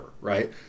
right